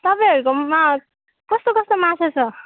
तपाईँहरूकोमा कस्तो कस्तो माछा छ